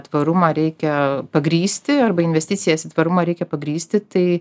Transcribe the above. tvarumą reikia pagrįsti arba investicijas į tvarumą reikia pagrįsti tai